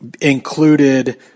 included